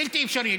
בלתי אפשרי.